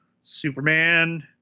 Superman